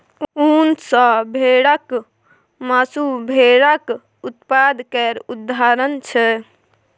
उन आ भेराक मासु भेराक उत्पाद केर उदाहरण छै